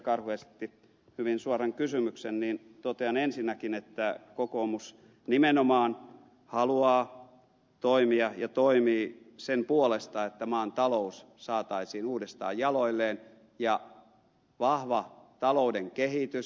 karhu esitti hyvin suoran kysymyksen niin totean ensinnäkin että kokoomus nimenomaan haluaa toimia ja toimii sen puolesta että maan talous saataisiin uudestaan jaloilleen ja vahva talouden kehitys